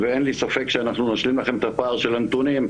ואין לי ספק שאנחנו נשלים לכם את הפער של הנתונים,